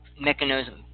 mechanism